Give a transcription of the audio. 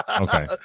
okay